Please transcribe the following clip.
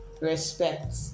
respect